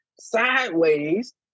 sideways